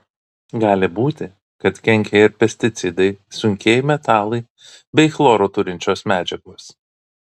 gali būti kad kenkia ir pesticidai sunkieji metalai bei chloro turinčios medžiagos